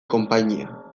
konpainia